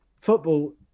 football